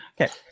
Okay